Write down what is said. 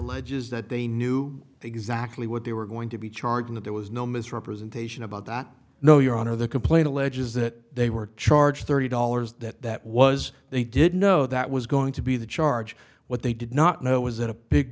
alleges that they knew exactly what they were going to be charged in that there was no misrepresentation about that no your honor the complaint alleges that they were charged thirty dollars that that was they didn't know that was going to be the charge what they did not know was that a pig